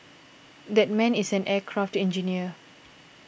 that man is an aircraft engineer